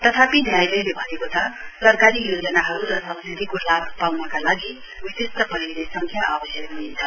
तथापि न्यायालयले भनेको छ सरकारी योजनाहरू र सब्सिडीको लाभ पाउनका लागि विशिष्ट परिचय संख्या आवश्यक ह्नेछ